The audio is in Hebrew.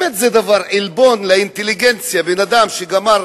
זה באמת עלבון לאינטליגנציה: בן-אדם שגמר